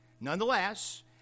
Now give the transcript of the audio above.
nonetheless